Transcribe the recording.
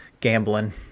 gambling